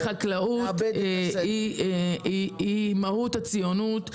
החקלאות היא מהות הציונות,